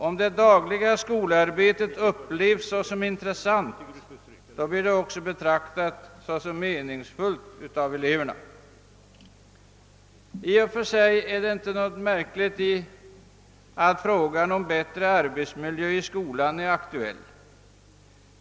Om det dagliga skolarbetet upplevs såsom intressant blir det också betraktat såsom meningsfullt av eleverna. I och för sig ligger det inte någonting märkligt i att frågan om bättre arbetsmiljö i skolan är aktuell.